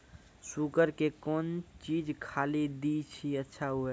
Sugar के कौन चीज खाली दी कि अच्छा हुए?